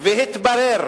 והתברר